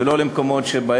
ולא למקומות שלא